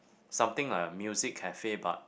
something like a music cafe but